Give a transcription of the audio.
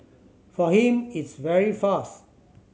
for him it's very fast